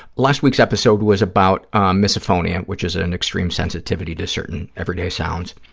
last week's episode was about misophonia, which is an extreme sensitivity to certain everyday sounds,